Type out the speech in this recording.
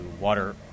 water